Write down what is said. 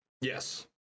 Yes